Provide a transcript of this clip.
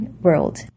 world